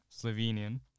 Slovenian